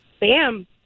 bam